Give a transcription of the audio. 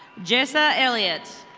jessa elliot.